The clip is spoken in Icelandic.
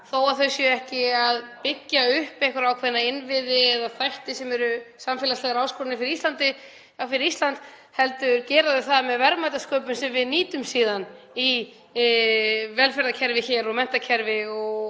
þó að þau séu ekki að byggja upp einhverja ákveðna innviði eða þætti sem eru samfélagslegar áskoranir fyrir Ísland, heldur gera þau það með verðmætasköpun sem við nýtum síðan í velferðarkerfið hér og menntakerfið